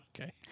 Okay